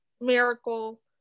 miracle